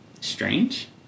strange